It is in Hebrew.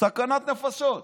סכנת נפשות.